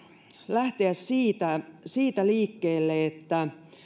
lähteä siitä siitä liikkeelle että